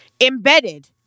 embedded